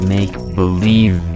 Make-Believe